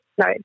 no